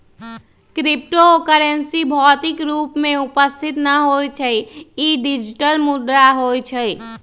crypto currency भौतिक रूप में उपस्थित न होइ छइ इ डिजिटल मुद्रा होइ छइ